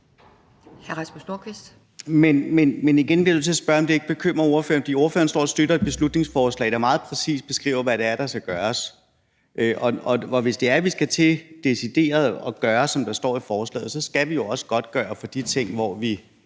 Men igen bliver jeg nødt til at spørge, om det ikke bekymrer ordføreren. For ordføreren står og støtter et beslutningsforslag, der meget præcist beskriver, hvad der skal gøres. Og hvis det er, at vi decideret skal til at gøre, som der står i forslaget, skal vi jo også godtgøre for de ting, hvor vi